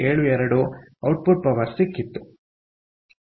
72 output power ಸಿಕ್ಕಿತ್ತು